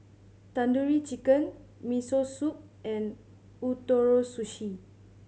Tandoori Chicken Miso Soup and Ootoro Sushi